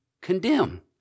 condemn